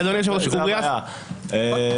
אוקיי.